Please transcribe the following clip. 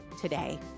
today